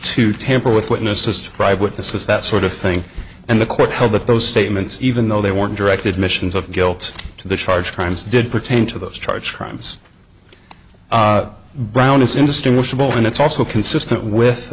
to tamper with witnesses to bribe witnesses that sort of thing and the court held that those statements even though they weren't directly admissions of guilt to the charge crimes did pertain to those charged crimes brown it's indistinguishable and it's also consistent with